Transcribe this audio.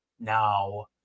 now